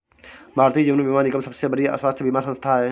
भारतीय जीवन बीमा निगम सबसे बड़ी स्वास्थ्य बीमा संथा है